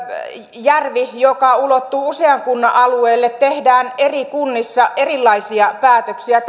järvi joka ulottuu usean kunnan alueelle tehdään eri kunnissa erilaisia päätöksiä